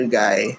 guy